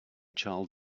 child